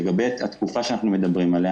לגבי התקופה שאנחנו מדברים עליה